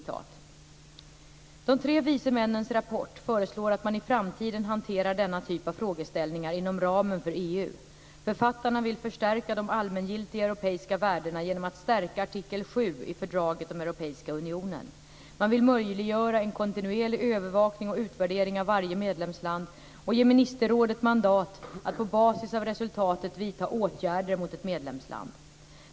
"De tre vise männens" rapport föreslår att man i framtiden hanterar denna typ av frågeställningar inom ramen för EU. Författarna vill förstärka de allmängiltiga europeiska värdena genom att stärka artikel 7 i fördraget om Europeiska unionen. Man vill möjliggöra en kontinuerlig övervakning och utvärdering av varje medlemsland och ge ministerrådet mandat att på basis av resultatet vidta åtgärder mot ett medlemsland.